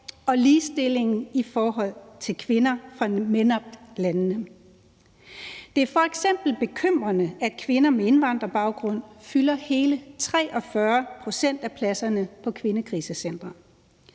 og ligestillingen i forhold til kvinder fra MENAPT-landene. Det er f.eks. bekymrende, at kvinder med indvandrerbaggrund fylder hele 43 pct. af pladserne på kvindekrisecentre,